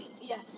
Yes